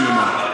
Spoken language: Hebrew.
מדמיונו,